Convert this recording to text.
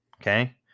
okay